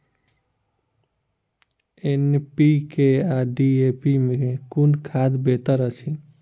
NPK आ DAP मे कुन खाद बेहतर अछि?